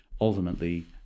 ultimately